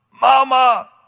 Mama